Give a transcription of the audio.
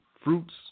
Fruits